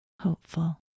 hopeful